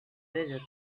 desert